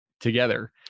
together